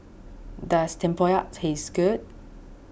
does Tempoyak taste good